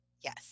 Yes